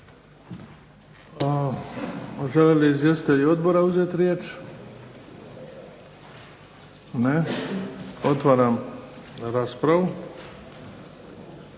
Žele li izvjestitelji odbora uzeti riječ? Ne. Otvaram raspravu.